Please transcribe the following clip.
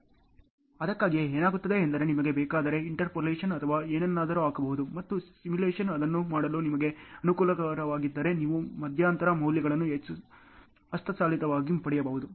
ಆದ್ದರಿಂದ ಅದಕ್ಕಾಗಿಯೇ ಏನಾಗುತ್ತದೆ ಎಂದರೆ ನಿಮಗೆ ಬೇಕಾದರೆ ಇಂಟರ್ಪೋಲೇಷನ್ ಅಥವಾ ಏನನ್ನಾದರೂ ಹಾಕಬಹುದು ಮತ್ತು ಸಿಮ್ಯುಲೇಶನ್ನಲ್ಲಿ ಅದನ್ನು ಮಾಡಲು ನಿಮಗೆ ಅನುಕೂಲಕರವಾಗಿಲ್ಲದಿದ್ದರೆ ನೀವು ಮಧ್ಯಂತರ ಮೌಲ್ಯಗಳನ್ನು ಹಸ್ತಚಾಲಿತವಾಗಿ ಪಡೆಯಬಹುದು